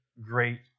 great